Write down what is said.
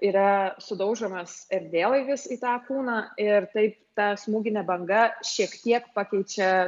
yra sudaužomas erdvėlaivis į tą kūną ir taip ta smūginė banga šiek tiek pakeičia